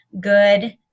good